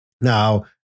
Now